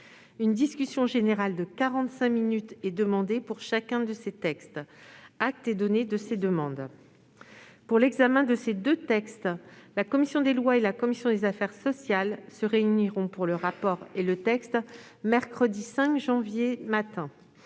Une discussion générale de quarante-cinq minutes est demandée pour chacun de ces textes. Acte est donné de ces demandes. Pour l'examen de ces deux textes, la commission des lois et la commission des affaires sociales se réuniront pour le rapport et le texte mercredi 5 janvier, au matin.